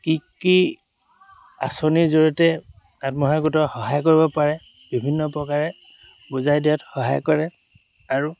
কি কি আঁচনিৰ জৰিয়তে আত্মসহায়ক গোটক সহায় কৰিব পাৰে বিভিন্ন প্ৰকাৰে বুজাই দিয়াত সহায় কৰে আৰু